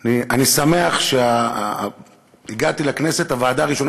אני שמח שכשהגעתי לכנסת הוועדה הראשונה